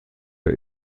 der